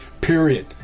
Period